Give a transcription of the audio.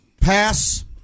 pass